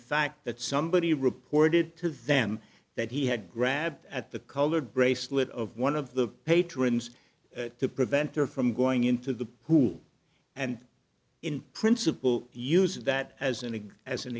fact that somebody reported to them that he had grabbed at the colored bracelet of one of the patrons to prevent her from going into the who and in principle use that as a nigger as an